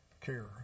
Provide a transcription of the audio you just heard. care